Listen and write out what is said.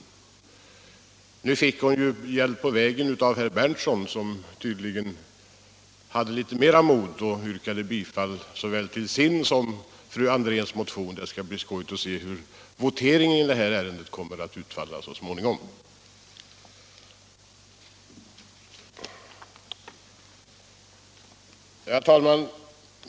Nu fick hon hjälp på vägen av herr Berndtson, som tydligen hade litet mer mod och yrkade bifall till såväl sin som fru Andrés motion. Det skall bli skojigt att se hur voteringen i det här ärendet kommer att utfalla så småningom. Herr talman!